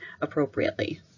appropriately